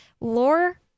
lore